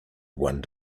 one